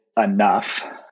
Enough